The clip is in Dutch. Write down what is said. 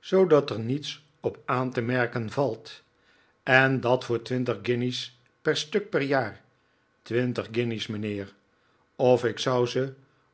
zoodat er niets op aan te merken valt en dat voor twintig guinjes per stuk per jaar twintig guinjes mijnheer of ik zou ze